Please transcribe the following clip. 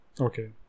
Okay